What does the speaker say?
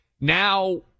Now